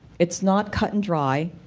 it's not cut and dry,